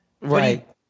Right